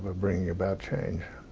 ah bringing about change.